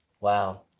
Wow